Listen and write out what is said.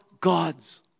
God's